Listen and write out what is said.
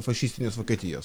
fašistinės vokietijos